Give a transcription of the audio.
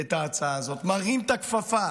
את ההצעה הזאת, מרים את הכפפה